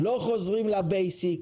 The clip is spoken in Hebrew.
לא חוזרים לבסיס.